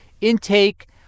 intake